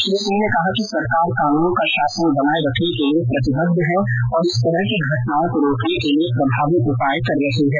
श्री सिंह ने कहा कि सरकार कानून का शासन बनाए रखने के लिए प्रतिबद्ध है और इस तरह की घटनाओं को रोकने के लिए प्रभावी उपाय कर रही है